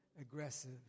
aggressive